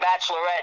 bachelorette